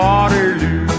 Waterloo